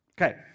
Okay